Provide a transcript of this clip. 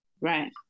Right